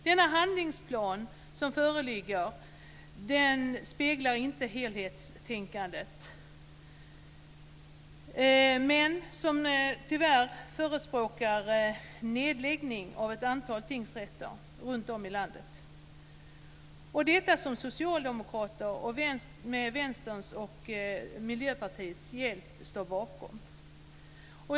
Den handlingsplan som föreligger speglar inte helhetstänkandet utan förespråkar tyvärr nedläggning av ett antal tingsrätter runtom i landet. Det är Socialdemokraterna som med Vänsterns och Miljöpartiets hjälp står bakom detta.